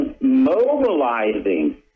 mobilizing